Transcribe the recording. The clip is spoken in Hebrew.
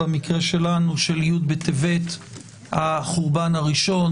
במקרה שלנו של י' בטבת החורבן הראשון,